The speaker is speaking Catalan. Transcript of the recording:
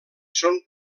són